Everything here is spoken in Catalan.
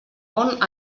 món